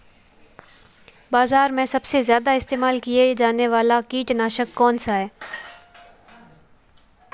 बाज़ार में सबसे ज़्यादा इस्तेमाल किया जाने वाला कीटनाशक कौनसा है?